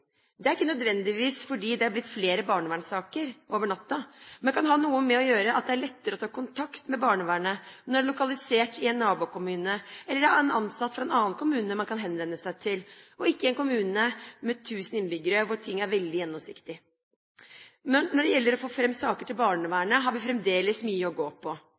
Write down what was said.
Det er ikke nødvendigvis fordi det er blitt flere barnevernssaker over natten, men det kan ha noe å gjøre med at det er lettere å ta kontakt med barnevernet når det er lokalisert i en nabokommune eller det er en ansatt fra en annen kommune man kan henvende seg til, og ikke i en kommune med 1 000 innbyggere hvor ting er veldig gjennomsiktig. Men når det gjelder å få fram saker til barnevernet, har vi fremdeles mye å gå på.